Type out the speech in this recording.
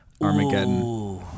Armageddon